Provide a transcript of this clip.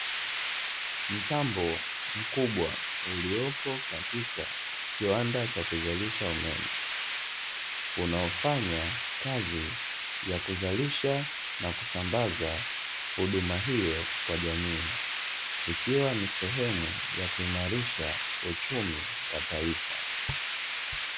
Mtambo mkubwa uliopo katika kiwanda cha kuzalisha umeme, unaofanya kazi ya kuzalisha na kusambaza huduma hiyo kwa jamii, ikiwa ni sehemu ya kuimarisha uchumi wa taifa.